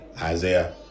Isaiah